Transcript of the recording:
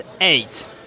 eight